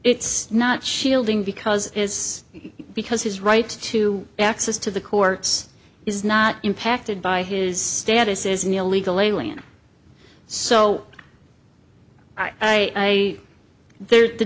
it's not shielding because it's because his right to access to the courts is not impacted by his status as an illegal alien so i there's the